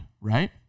right